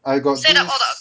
I got this